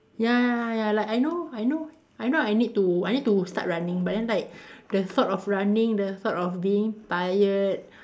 ya ya ya like I know I know I know I need to I need to start running but then like the sort of running the sort of being tired